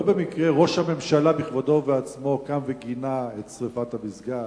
לא במקרה ראש הממשלה בכבודו ובעצמו קם וגינה את שרפת המסגד,